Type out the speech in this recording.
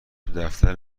دفترم